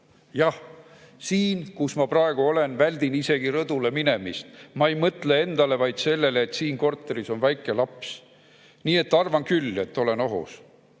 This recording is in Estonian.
"Jah. Siin, kus ma praegu olen, väldin isegi rõdule minemist. Ma ei mõtle endale, vaid sellele, et siin korteris on väike laps. Nii et arvan küll, et olen [ohus].